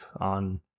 on